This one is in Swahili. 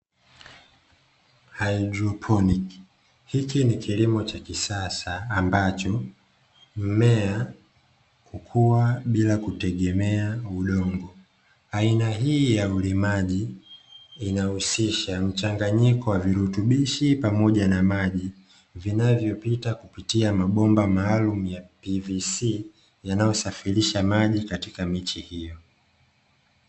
hydroponi hiki ni kilimo cha kisasa ambacho mmea ukuwa bila kutegemea udongo, aina hii ya ulimaji inahusisha mchanganyiko wa virutubishi pamoja na maji vinavyopita kupitia mabomba maalumu ya "PVC" yanayosafilisha maji katika miche hiyo.